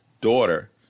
daughter